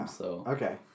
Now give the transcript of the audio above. Okay